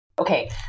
Okay